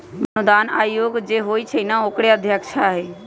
मोहिनी अनुदान आयोग जे होई छई न ओकरे अध्यक्षा हई